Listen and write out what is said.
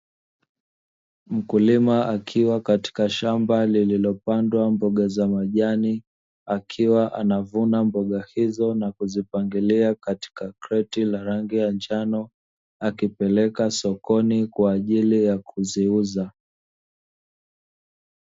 Mkulima akiwa katika shamba lililopandwa mboga za majani akiwa anavuna mboga hizo na kuzipangilia katika kreti la rangi ya njano, akipeleka sokoni kwa ajili ya kuziuza.